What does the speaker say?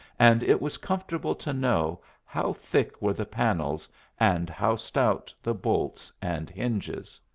and it was comfortable to know how thick were the panels and how stout the bolts and hinges.